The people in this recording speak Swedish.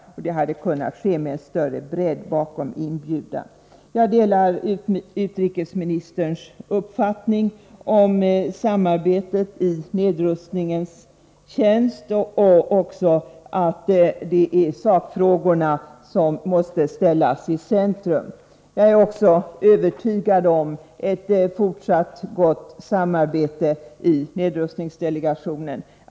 Det hade kunnat ske med en större bredd bakom inbjudan. Jag delar utrikesministerns uppfattning om samarbete i nedrustningens tjänst och också beträffande att det är sakfrågorna som måste ställas i centrum. Jag är också övertygad om ett fortsatt gott samarbete i nedrustningsdelegationen.